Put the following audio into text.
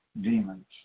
demons